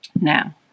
Now